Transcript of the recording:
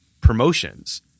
promotions